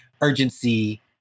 urgency